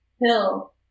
hill